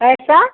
पैसा